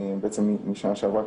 בעצם כבר משנה שעברה,